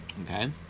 Okay